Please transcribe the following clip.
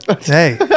hey